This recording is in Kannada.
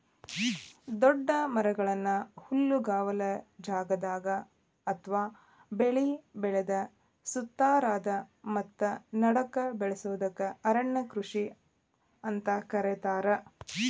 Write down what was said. ದೊಡ್ಡ ಮರಗಳನ್ನ ಹುಲ್ಲುಗಾವಲ ಜಗದಾಗ ಅತ್ವಾ ಬೆಳಿ ಬೆಳದ ಸುತ್ತಾರದ ಮತ್ತ ನಡಕ್ಕ ಬೆಳಸೋದಕ್ಕ ಅರಣ್ಯ ಕೃಷಿ ಅಂತ ಕರೇತಾರ